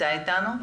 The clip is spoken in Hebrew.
נמצא איתנו?